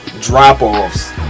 drop-offs